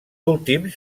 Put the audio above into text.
últims